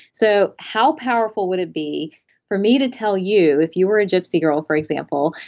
so how powerful would it be for me to tell you, if you were a gypsy girl for example,